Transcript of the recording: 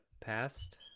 past